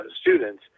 students